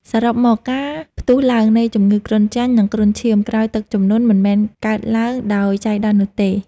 សរុបមក ការផ្ទុះឡើងនៃជំងឺគ្រុនចាញ់ និងគ្រុនឈាមក្រោយទឹកជំនន់ មិនមែនកើតឡើងដោយចៃដន្យនោះទេ